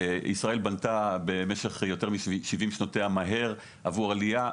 ישראל בנתה במשך יותר משבעים שנותיה מהר עבור עלייה,